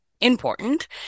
important